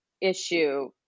issue